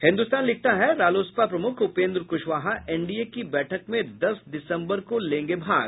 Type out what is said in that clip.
हिन्दुस्तान लिखता है रालोसपा प्रमुख उपेन्द्र कुशवाहा एनडीए की बैठक में दस दिसम्बर को लेंगे भाग